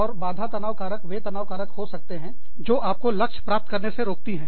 और बाधा तनाव कारक वे तनाव कारक हो सकते हैं जो आपको लक्ष्य को प्राप्त करने से रोकते हैं